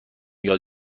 یاد